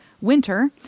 winter